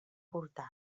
portal